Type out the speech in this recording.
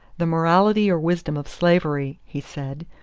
the morality or wisdom of slavery, he said,